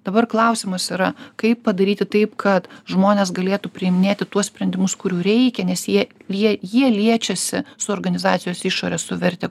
dabar klausimas yra kaip padaryti taip kad žmonės galėtų priiminėti tuos sprendimus kurių reikia nes jie jie jie liečiasi su organizacijos išore su verte